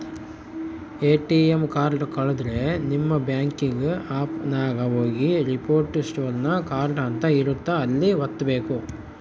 ATM card ಕಳುದ್ರೆ ನಿಮ್ banking app ನಾಗ ಹೋಗಿ ರಿಪೋರ್ಟ್ ಸ್ಟೋಲನ್ ಕಾರ್ಡ್ ಅಂತ ಇರುತ್ತ ಅಲ್ಲಿ ವತ್ತ್ಬೆಕು